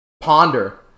ponder